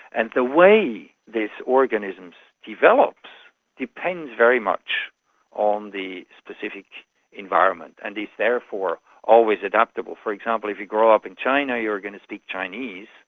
and the way this organism develops depends very much on the specific environment, and is therefore always adaptable. for example, if you grow up in china you are going to speak chinese,